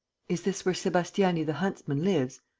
is this where sebastiani the huntsman lives?